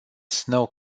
snow